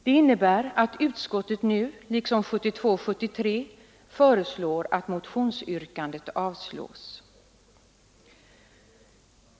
Det innebär att utskottet nu liksom 1972 och 1973 föreslår att motionsyrkandet avslås.